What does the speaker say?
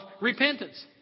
repentance